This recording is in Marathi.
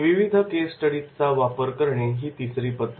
विविध केस स्टडीज चा वापर करणे ही तिसरी पद्धत